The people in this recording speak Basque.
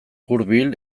hurbil